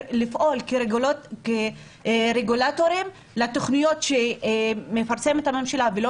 לפעול כרגולטורים לתכניות שפרסמת הממשלה ולא